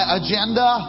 agenda